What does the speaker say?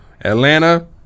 atlanta